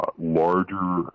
larger